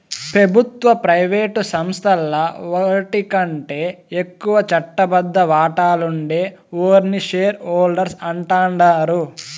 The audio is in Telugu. పెబుత్వ, ప్రైవేటు సంస్థల్ల ఓటికంటే ఎక్కువ చట్టబద్ద వాటాలుండే ఓర్ని షేర్ హోల్డర్స్ అంటాండారు